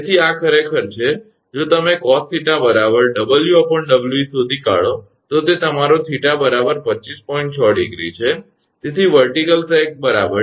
તેથી આ ખરેખર છે જો તમે cos𝜃 𝑊 𝑊𝑒 શોધી કાઢો તો તે તમારો 𝜃 25